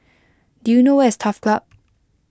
do you know where is Turf Club